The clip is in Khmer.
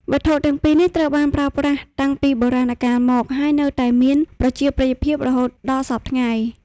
វត្ថុទាំងពីរនេះត្រូវបានប្រើប្រាស់តាំងពីបុរាណកាលមក ហើយនៅតែមានប្រជាប្រិយភាពរហូតដល់សព្វថ្ងៃ។